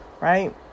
Right